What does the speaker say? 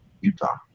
Utah